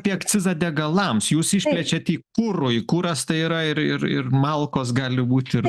apie akcizą degalams jūs išplečiat jį kurui kuras tai yra ir ir ir malkos gali būt ir